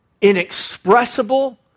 inexpressible